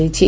କରାଯାଇଛି